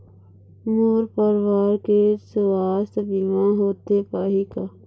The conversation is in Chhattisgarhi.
मोर परवार के सुवास्थ बीमा होथे पाही का?